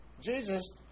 Jesus